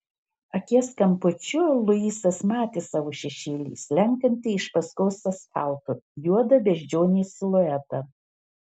akies kampučiu luisas matė savo šešėlį slenkantį iš paskos asfaltu juodą beždžionės siluetą